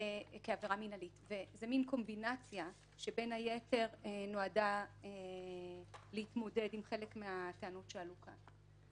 זו מין קומבינציה שבין היתר נועדה להתמודד עם חלק מהטענות שעלו כאן.